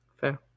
Fair